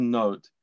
note